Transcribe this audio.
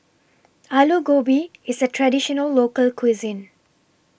Alu Gobi IS A Traditional Local Cuisine